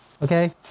Okay